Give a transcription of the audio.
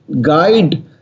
guide